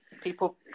people